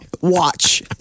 Watch